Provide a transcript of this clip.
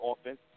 offense